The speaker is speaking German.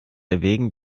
erwägen